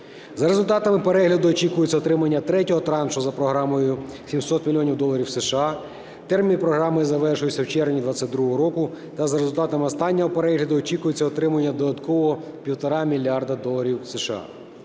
За результатами перегляду очікується отримання третього траншу за програмою 700 мільйонів доларів США, термін програми завершується в червні 22-го року, та за результатами останнього перегляду очікується отримання додатково 1,5 мільярда доларів США.